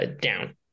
down